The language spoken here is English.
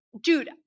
dude